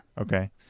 Okay